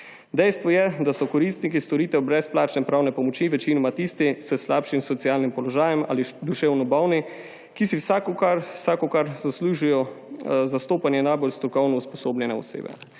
Dejstvo je, da so koristniki storitev brezplačne pravne pomoči večinoma tisti s slabšim socialnim položajem ali duševno bolni, ki si vsekakor zaslužijo zastopanje najbolj strokovno usposobljene osebe.